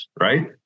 right